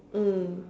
mm